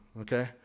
okay